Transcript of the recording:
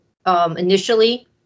Initially